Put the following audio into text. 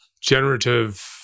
generative